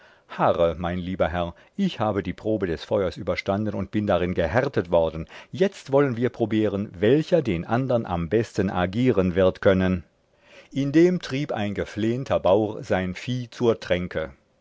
mein lieber herr ich habe die probe des feuers überstanden und bin darin gehärtet worden jetzt wollen wir probieren welcher den andern am besten agieren wird können indem trieb ein geflehnter baur sein vieh zur tränke